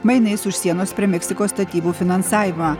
mainais už sienos prie meksikos statybų finansavimą